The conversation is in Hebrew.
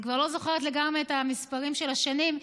אני כבר לא זוכרת לגמרי את מספרי השנים,